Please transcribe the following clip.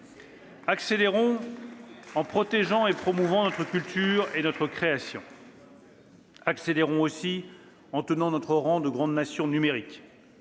Accélérons en protégeant et promouvant notre culture et notre création. « Accélérons aussi en tenant notre rang de grande nation numérique,